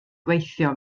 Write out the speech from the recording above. gweithio